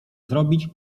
zrobić